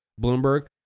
Bloomberg